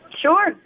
Sure